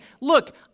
look